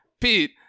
Pete